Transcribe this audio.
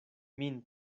min